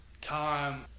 time